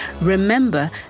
Remember